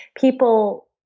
people